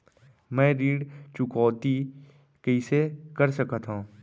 मैं ऋण चुकौती कइसे कर सकथव?